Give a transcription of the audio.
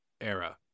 era